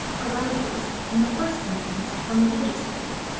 arises, in the first instance, from religious faith.